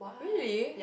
really